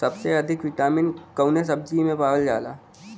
सबसे अधिक विटामिन कवने सब्जी में पावल जाला?